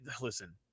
Listen